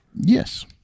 Yes